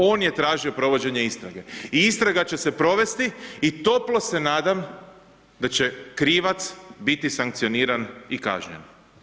On je tražio provođenje istrage i istraga će se provesti i toplo se nadam da će krivac biti sankcioniran i kažnjen.